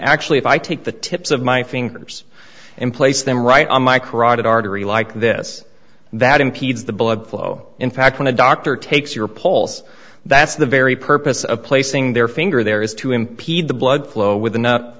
actually if i take the tips of my fingers and place them right on my carotid artery like this that impedes the blood flow in fact when a doctor takes your poles that's the very purpose of placing their finger there is to impede the blood flow with enough